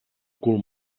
cul